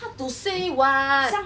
hard to say [what]